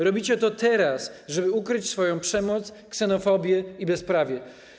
Robicie to teraz, żeby ukryć swoją przemoc, ksenofobię i bezprawie.